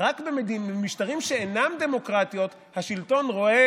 רק במשטרים שאינם דמוקרטיות השלטון רואה